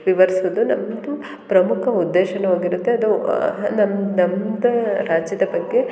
ವಿವರ್ಸೋದು ನಮ್ಮದು ಪ್ರಮುಖ ಉದ್ದೇಶವೂ ಆಗಿರುತ್ತೆ ಅದು ನಮ್ಮ ನಮ್ಮದೇ ರಾಜ್ಯದ ಬಗ್ಗೆ